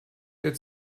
der